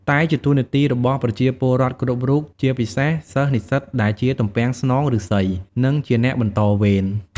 តែជាតួនាទីរបស់ប្រជាពលរដ្ឋគ្រប់រូប ជាពិសេសសិស្សនិស្សិតដែលជាទំពាំងស្នងឫស្សី និងជាអ្នកបន្តវេន។